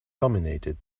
dominated